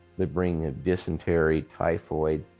the bringing of dysentery, typhoid,